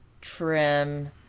trim